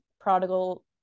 prodigal